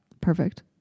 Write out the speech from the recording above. Perfect